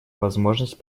возможность